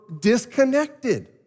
disconnected